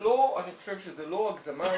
אני חושב שזו לא הגזמה,